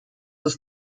ist